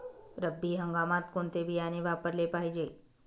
रब्बी हंगामात कोणते बियाणे वापरले पाहिजे?